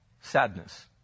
sadness